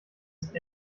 ist